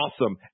Awesome